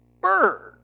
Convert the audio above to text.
bird